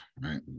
right